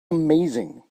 amazing